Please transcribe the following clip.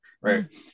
right